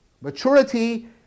Maturity